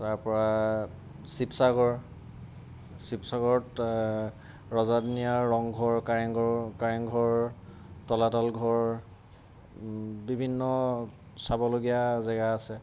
তাৰপৰা শিৱসাগৰ শিৱসাগৰত ৰজাদিনীয়া ৰংঘৰ কাৰেংঘৰ কাৰেংঘৰ তলাতল ঘৰ বিভিন্ন চাবলগীয়া জেগা আছে